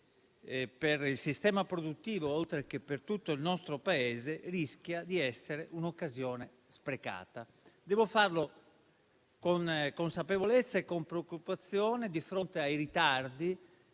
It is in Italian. per il sistema produttivo oltre che per tutto il nostro Paese, rischia di essere sprecata. Devo farlo con consapevolezza e con preoccupazione, di fronte ai ritardi,